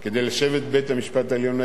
כדי לשבת בבית-המשפט העליון.